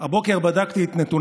שעד היום לא הצלחתי לקבל